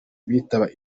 bitaba